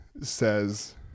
says